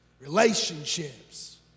Relationships